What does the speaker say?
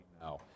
now